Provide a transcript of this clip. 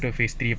after phase three